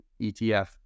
ETF